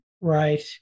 Right